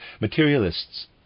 Materialists